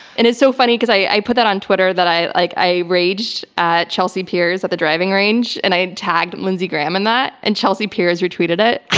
and it's so funny, because i put that on twitter, that i like i raged at chelsea piers at the driving range, and i tagged lindsey graham in that and chelsea piers retweeted it.